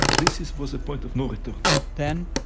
this this was a point of no return then,